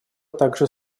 также